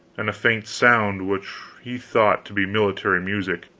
and a faint sound which he thought to be military music.